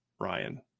Ryan